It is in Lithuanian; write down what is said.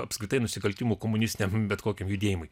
apskritai nusikaltimų komunistiniam bet kokiam judėjimui